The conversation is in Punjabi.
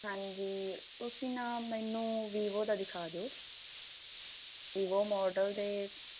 ਹਾਂਜੀ ਤੁਸੀਂ ਨਾ ਮੈਨੂੰ ਵੀਵੋ ਦਾ ਦਿਖਾ ਦਿਓ ਵੀਵੋ ਮੋਡਲ ਦੇ